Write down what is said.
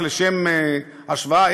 רק לשם השוואה,